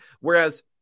Whereas